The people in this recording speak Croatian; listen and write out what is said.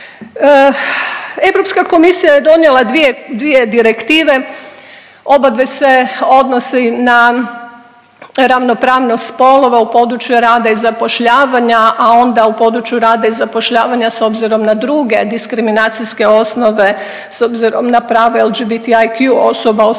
Europska komisija je donijela 2 direktive. Oba dvije se odnose na ravnopravnost spolova u području rada i zapošljavanja, a onda u području rada i zapošljavanja s obzirom na druge diskriminacijske osnove s obzirom na prava LGBT IQ osoba, osoba